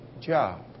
job